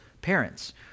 parents